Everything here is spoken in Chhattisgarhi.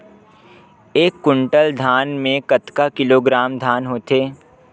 एक कुंटल धान में कतका किलोग्राम धान होथे?